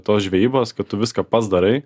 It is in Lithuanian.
tos žvejybos kad tu viską pats darai